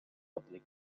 فضلك